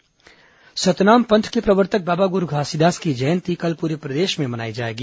घासीदास जयंती सतनाम पंथ के प्रवर्तक बाबा गुरू घासीदास की जयंती कल पूरे प्रदेश में मनाई जाएगी